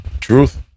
Truth